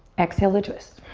exhale to twist.